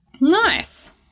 Nice